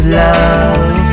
love